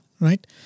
right